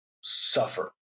suffer